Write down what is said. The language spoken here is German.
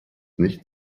nicht